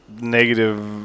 Negative